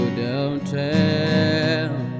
downtown